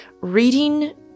Reading